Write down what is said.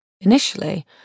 Initially